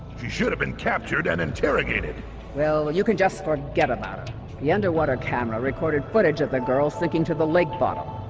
she should have been captured and interrogated well and you can just forget about ah the underwater camera recorded footage of the girl sinking to the lake bottom.